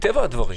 מטבע הדברים,